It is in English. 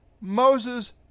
Moses